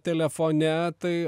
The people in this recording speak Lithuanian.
telefone tai